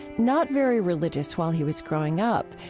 not very religious while he was growing up,